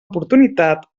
oportunitat